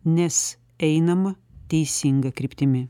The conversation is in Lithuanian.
nes einama teisinga kryptimi